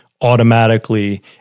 automatically